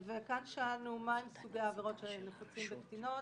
וכאן שאלנו מהן סוגי העבירות הנפוצים בקטינות